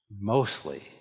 Mostly